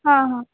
हां हां